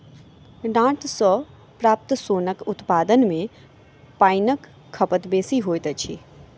डांट सॅ प्राप्त सोनक उत्पादन मे पाइनक खपत बेसी होइत अछि